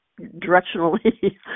directionally